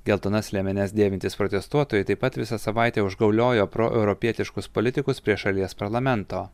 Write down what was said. geltonas liemenes dėvintys protestuotojai taip pat visą savaitę užgauliojo proeuropietiškus politikus prie šalies parlamento